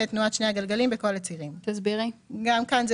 בין תנועת שני הגלגלים בכל הצירים." גם כאן זו